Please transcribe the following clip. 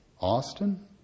Austin